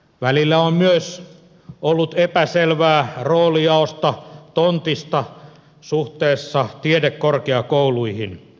välillä on myös ollut epäselvyyttä roolijaosta tontista suhteessa tiedekorkeakouluihin